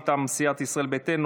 מטעם סיעת ישראל ביתנו,